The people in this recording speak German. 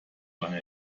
lange